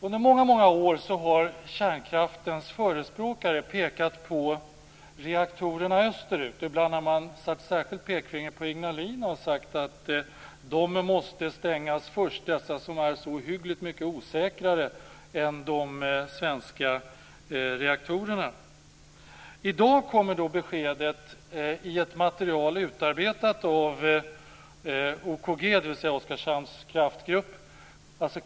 Under många år har kärnkraftens förespråkare pekat på reaktorerna österut. Ibland har man satt ett särskilt pekfinger på Ignalina och sagt att de här reaktorerna, som är så ohyggligt mycket osäkrare än de svenska, måste stängas först. I dag kom ett besked i ett material utarbetat av OKG, dvs. Oskarshamns kraftgrupp.